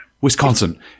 Wisconsin